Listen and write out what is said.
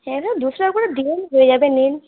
দুশো টাকা করে দেবেন হয়ে যাবে নিন